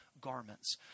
garments